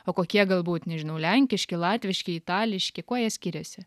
o kokie galbūt nežinau lenkiški latviški itališki kuo jie skiriasi